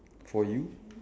for you